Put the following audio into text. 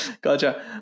Gotcha